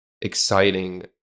exciting